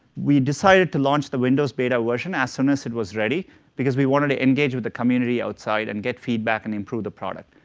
we decided to launch the windows beta version as soon as it was ready because we wanted to engage with the community outside, and get feedback, and improve the product.